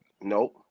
Nope